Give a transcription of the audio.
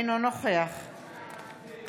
אתה עושה את זה,